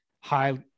high